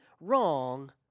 wrong